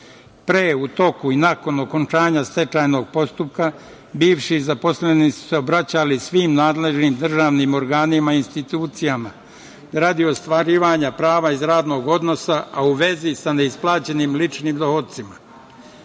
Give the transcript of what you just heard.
Pre, u toku i nakon okončanja stečajnog postupka bivši zaposleni su se obraćali svim nadležnim državnim organima, institucijama radi ostvarivanja prava iz radnog odnosa, a u vezi sa neisplaćenim ličnim dohocima.Međutim,